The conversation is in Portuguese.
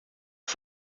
por